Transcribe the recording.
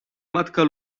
matka